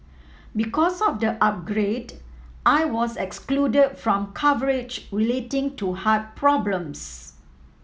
because of the upgrade I was excluded from coverage relating to heart problems